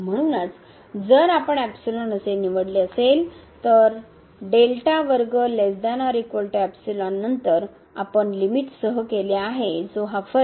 म्हणूनच जर आपण असे निवडले असेल तर नंतर आपण लिमिट सह केले आहे जो हा फरक